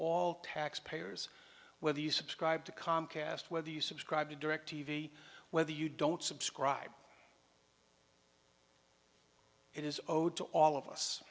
all taxpayers whether you subscribe to comcast whether you subscribe to directv whether you don't subscribe it is owed to all of us